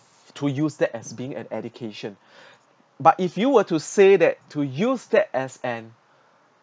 to use that as being an education but if you were to say that to use that as an